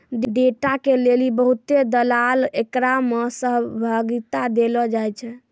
data के लेली बहुते दलाल एकरा मे सहभागिता देलो जाय छै